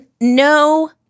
No